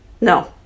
No